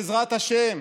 בעזרת השם,